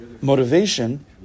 motivation